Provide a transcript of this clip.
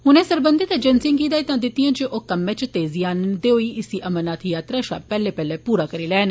उनें सरबंधत एजेंसी गी हिदायतां दितिआं जे ओह कम्म च तेजी आहन्नदे होई इसी अमरनाथ यात्रा शा पैहले पैहले पूरा करी लैन